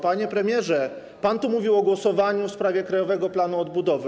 Panie premierze, pan tu mówił o głosowaniu w sprawie Krajowego Planu Odbudowy.